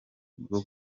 bwo